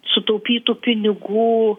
sutaupytų pinigų